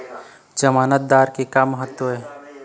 जमानतदार के का महत्व हे?